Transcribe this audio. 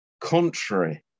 contrary